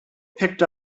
picked